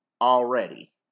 already